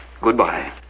Goodbye